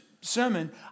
sermon